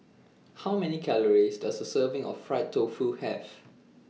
How Many Calories Does A Serving of Fried Tofu Have